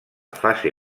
fase